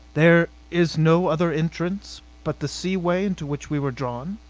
there is no other entrance but the sea-way into which we were drawn?